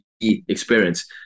experience